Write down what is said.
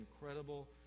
incredible